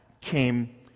came